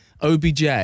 OBJ